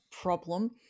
problem